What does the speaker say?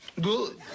good